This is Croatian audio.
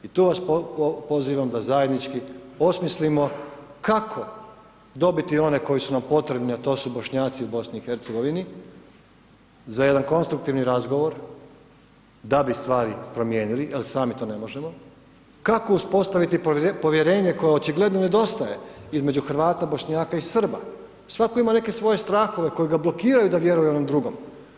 I tu vas pozivam da zajednički osmislimo kako dobiti one koji su nam potrebni, a to su Bošnjaci u BiH za jedan konstruktivni razgovor da bi stvari promijenili jer sami to ne možemo, kako uspostaviti povjerenje koje očigledno nedostaje između Hrvata, Bošnjaka i Srba, svako ima neke svoje strahove koji ga blokiraju da vjeruje onom drugom.